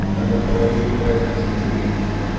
and the day wears into evening,